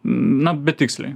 na betiksliai